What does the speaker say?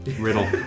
Riddle